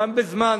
גם בזמן